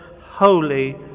holy